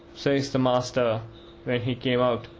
says the master when he came out,